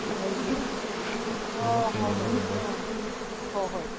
ꯂꯧꯒꯦ ꯑꯣ ꯍꯣꯏ ꯍꯣꯏ ꯍꯣ ꯍꯣꯏ ꯍꯣꯏ